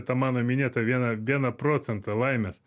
tą mano minėtą vieną vieną procentą laimės